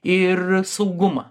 ir saugumą